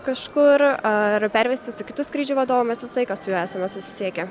kažkur ar pervesti su kitu skrydžių vadovu mes visą laiką su juo esame susisiekę